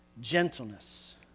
gentleness